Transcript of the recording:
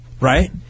Right